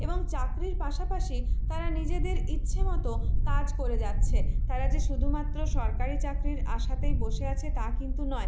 এবং চাকরির পাশাপাশি তারা নিজেদের ইচ্ছে মতো কাজ করে যাচ্ছে তারা যে শুধুমাত্র সরকারি চাকরির আশাতেই বসে আছে তা কিন্তু নয়